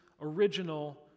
original